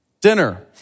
dinner